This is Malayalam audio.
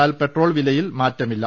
എന്നാൽ പെട്രോൾ വിലയിൽ മാറ്റമില്ല